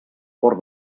port